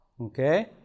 Okay